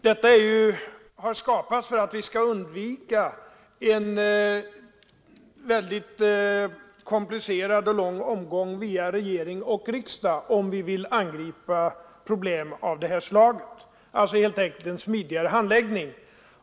Denna ordning har skapats för att vi skall undvika en väldigt komplicerad och lång omgång via regering och riksdag, om vi vill angripa problem av det här slaget. Det blir alltså helt enkelt en smidigare handläggning.